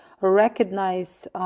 recognize